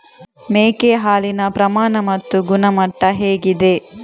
ಮೇಕೆ ಹಾಲಿನ ಪ್ರಮಾಣ ಮತ್ತು ಗುಣಮಟ್ಟ ಹೇಗಿದೆ?